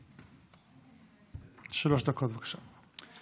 שלוש דקות, בבקשה.